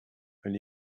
and